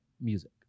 music